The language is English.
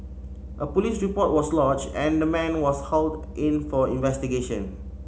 a police report was lodged and the man was hauled in for investigation